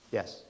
Yes